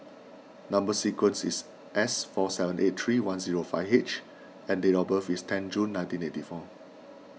Number Sequence is S four seven eight three one zero five H and date of birth is ten June nineteen eighty four